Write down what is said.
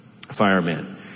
fireman